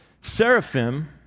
Seraphim